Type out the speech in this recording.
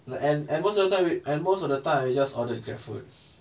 and and most of the time we and most of the time we just order grab food